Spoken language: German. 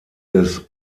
des